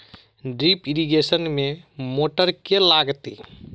Drip irrigation मे motor केँ लागतै?